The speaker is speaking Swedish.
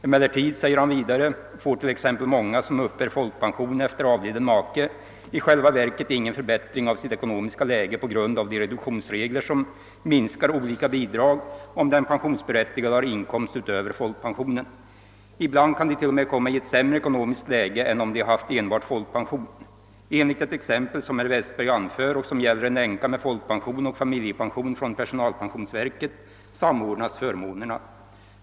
Emellertid — säger han vidare — får t.ex. många som uppbär familjepension efter avliden make i själva verket ingen förbättring av sitt ekonomiska läge på grund av de reduktionsregler som minskar olika bidrag om den pensionsberättigade har inkomst utöver folkpensionen. Ibland kan de t.o.m. komma i ett sämre ekonomiskt läge än om de haft enbart folkpension. Enligt ett exempel som herr Westberg anför och som gäller en änka med folkpension och familjepension från personalpensionsverket samordnas förmånerna.